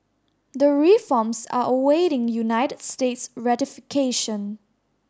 the reforms are awaiting United States ratification